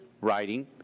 writing